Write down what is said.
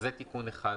זה תיקון אחד לנוסח,